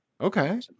Okay